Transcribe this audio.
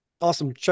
awesome